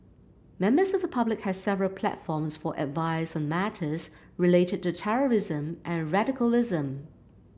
members of the public have several platforms for advice on matters related to terrorism and radicalism